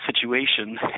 situation